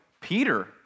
Peter